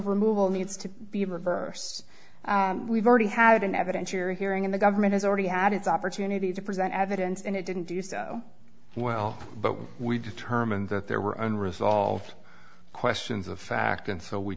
removal needs to be reverse we've already had an evidentiary hearing and the government has already had its opportunity to present evidence and it didn't do so well but we determined that there were unresolved questions of fact and so we